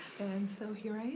and so here i